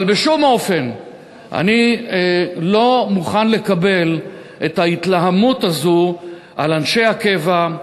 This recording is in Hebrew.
אבל אני לא מוכן לקבל בשום אופן את ההתלהמות הזאת על אנשי הקבע,